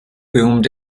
boomed